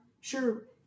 sure